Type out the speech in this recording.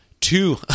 two